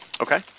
Okay